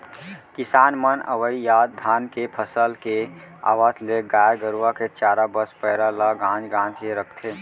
किसान मन अवइ या धान के फसल के आवत ले गाय गरूवा के चारा बस पैरा ल गांज गांज के रखथें